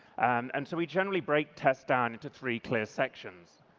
and so, we generally break tests down into three clear sections.